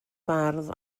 bardd